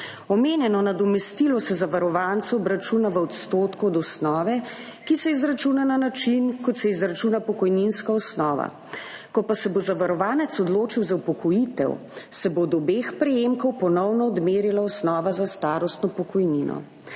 Omenjeno nadomestilo se zavarovancu obračuna v odstotku od osnove, ki se izračuna na način, kot se izračuna pokojninska osnova. Ko pa se bo zavarovanec odločil za upokojitev, se bo od obeh prejemkov ponovno odmerila osnova za starostno pokojnino.